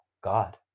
God